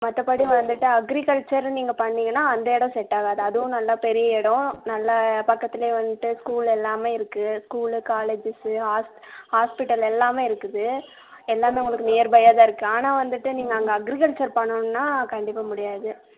மற்றபடி வந்துட்டு அக்ரிகல்ச்சர் நீங்கள் பண்ணீங்கன்னா அந்த இடம் செட் ஆகாது அதுவும் நல்லா பெரிய இடம் நல்ல பக்கத்திலையே வந்துட்டு ஸ்கூல் எல்லாமே இருக்குது ஸ்கூலு காலேஜஸ்ஸு ஹாஸ் ஹாஸ்பிட்டல் எல்லாமே இருக்குது எல்லாமே உங்களுக்கு நியர்பையாக தான் இருக்குது ஆனால் வந்துட்டு நீங்கள் அங்கே அக்ரிகல்ச்சர் பண்ணணுன்னால் கண்டிப்பாக முடியாது